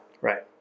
right